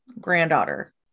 granddaughter